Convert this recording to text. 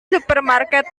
supermarket